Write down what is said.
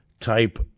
type